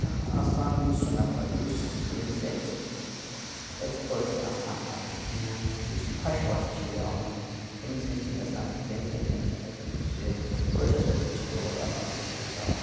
کانٛہہ آسان سُہ نَفَر یُس ییٚمِس ایٚکس یُس ایٚکسپٲٹ چھ آسان اَتھ مَنٛز یُس پھَش وَش چھِ دِوان تٔمِس نِش چھِ گَژھان تہٕ تمہِ سۭتۍ چھِ اَسہِ یُس یہِ کوٚٹھِس ووٚٹھِس چھ دود آسان تہٕ سُہ چھُ ژَلان